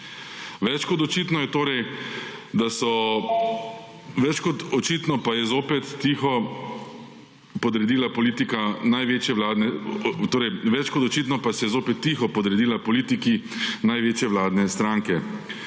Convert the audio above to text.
več kot očitno pa se zopet tiho podredila politiki največje vladne stranke.